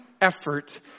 effort